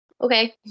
okay